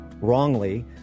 wrongly